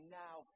now